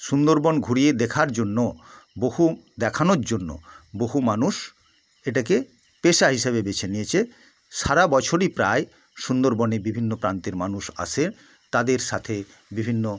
সুন্দরবন ঘুরিয়ে দেখার জন্য বহু দেখানোর জন্য বহু মানুষ এটাকে পেশা হিসাবে বেছে নিয়েছে সারা বছরই প্রায় সুন্দরবনে বিভিন্ন প্রান্তের মানুষ আসে তাদের সাথে বিভিন্ন